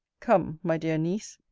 come, my dear niece,